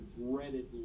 regretted